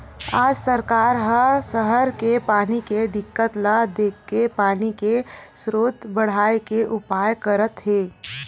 आज सरकार ह सहर के पानी के दिक्कत ल देखके पानी के सरोत बड़हाए के उपाय करत हे